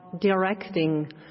directing